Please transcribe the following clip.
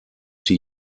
die